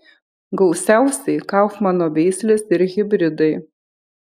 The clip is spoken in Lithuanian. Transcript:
gausiausiai kaufmano veislės ir hibridai